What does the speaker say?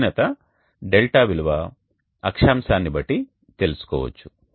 క్షీణత δ విలువ అక్షాంశము ను బట్టి తెలుసుకోవచ్చు